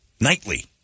Nightly